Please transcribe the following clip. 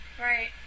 Right